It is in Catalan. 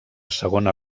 segona